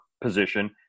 position